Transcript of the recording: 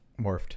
morphed